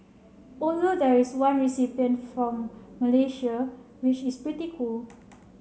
although there is one recipient from Malaysia which is pretty cool